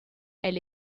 elle